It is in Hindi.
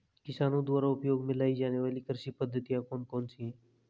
किसानों द्वारा उपयोग में लाई जाने वाली कृषि पद्धतियाँ कौन कौन सी हैं?